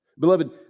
Beloved